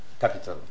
capital